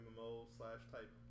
MMO-slash-type